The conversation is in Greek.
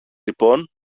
λοιπόν